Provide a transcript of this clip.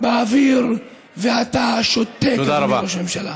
תלויות באוויר, ואתה שותק, אדוני ראש הממשלה.